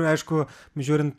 aišku žiūrint